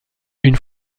une